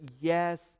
yes